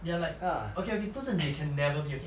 they are like okay okay 不是 they can never be okay